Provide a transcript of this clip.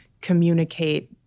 communicate